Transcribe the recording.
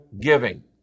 giving